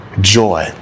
joy